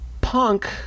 Punk